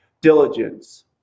diligence